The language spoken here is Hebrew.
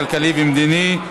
הכלכלי והמדיני.